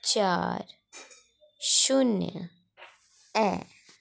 चार शून्य ऐ